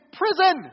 prison